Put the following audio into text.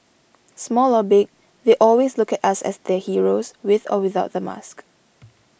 small or big they always look at us as their heroes with or without the mask